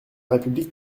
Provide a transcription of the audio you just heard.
république